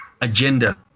agenda